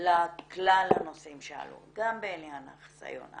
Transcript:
לכלל הנושאים שעלו, גם בעניין החיסיון.